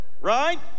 Right